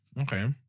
Okay